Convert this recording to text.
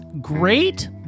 great